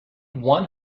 one